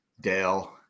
Dale